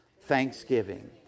thanksgiving